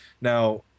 Now